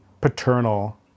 paternal